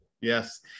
yes